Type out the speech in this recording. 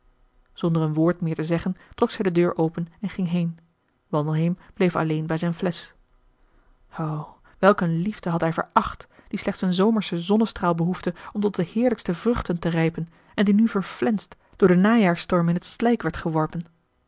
zonder een woord meer te zeggen trok zij de deur open en ging heen wandelheem bleef alleen bij zijn flesch o welk een liefde had hij veracht die slechts een zomerschen zonnestraal behoefde om tot de heerlijkste vruchten te rijpen en die nu verflensd door den najaars storm in het slijk werd geworpen